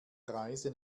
reise